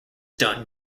done